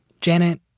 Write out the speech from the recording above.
Janet